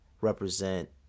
represent